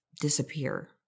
disappear